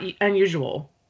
unusual